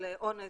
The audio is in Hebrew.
של אונס,